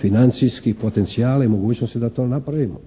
financijski potencijale i mogućnosti da to napravimo.